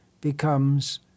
becomes